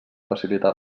facilitar